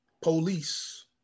police